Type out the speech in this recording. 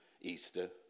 Easter